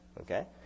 Okay